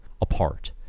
apart